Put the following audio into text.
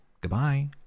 Goodbye